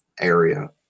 area